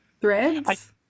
threads